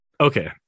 Okay